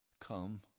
Come